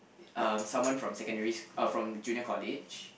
um someone from secondary uh from junior college